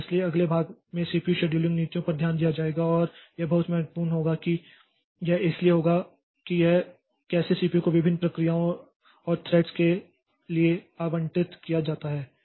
इसलिए अगले भाग में सीपीयू शेड्यूलिंग नीतियों पर ध्यान दिया जाएगा और यह बहुत महत्वपूर्ण होगा क्योंकि यह इसलिए होगा कि यह कैसे सीपीयू को विभिन्न प्रक्रियाओं और थ्रेड्स के लिए आवंटित किया जाता है